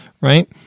right